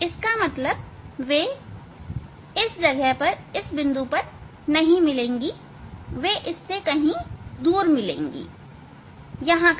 इसका मतलब वे इस जगह पर नहीं मिलेंगी वे इस जगह से दूर कहीं मिलेंगी यहीं कहीं